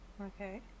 Okay